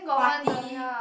party